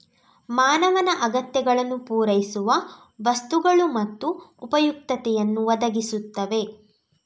ಮಾನವನ ಅಗತ್ಯಗಳನ್ನು ಪೂರೈಸುವ ವಸ್ತುಗಳು ಮತ್ತು ಉಪಯುಕ್ತತೆಯನ್ನು ಒದಗಿಸುತ್ತವೆ